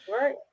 right